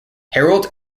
harold